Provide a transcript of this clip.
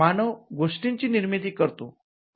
मानव गोष्टींची निर्मिती करतो